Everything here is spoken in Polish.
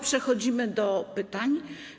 Przechodzimy do pytań.